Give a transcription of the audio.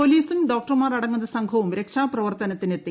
പോലീസും ഡോക്ടർമാർ അടങ്ങുന്ന സംഘവും രക്ഷാപ്രവർത്തനത്തിന് എത്തി